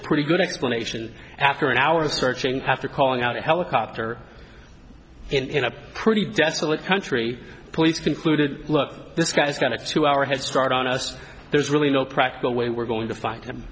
a pretty good explanation after an hour of searching after calling out a helicopter in a pretty desolate country police concluded look this guy's got a two hour head start on us there's really no practical way we're going to find him